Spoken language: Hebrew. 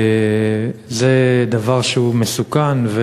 זה דבר מסוכן,